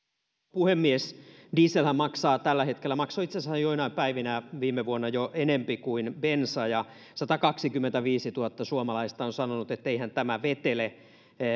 puhemies dieselhän maksaa tällä hetkellä ja maksoi itseasiassa joinain päivinä jo viime vuonna enempi kuin bensa ja satakaksikymmentäviisituhatta suomalaista on sanonut etteihän tämä vetele